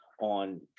on